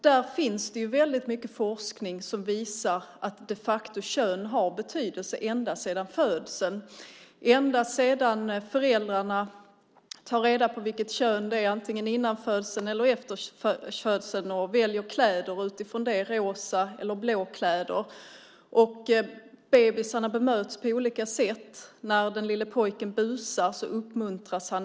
Det finns väldigt mycket forskning som visar att kön har betydelse ända sedan födseln, ända sedan föräldrarna tar reda på vilket kön det är antingen innan födseln eller efter födseln och väljer kläder utifrån det, rosa eller blå kläder. Bebisarna bemöts på olika sätt. När den lille pojken busar uppmuntras han.